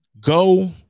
go